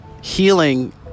healing